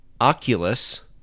Oculus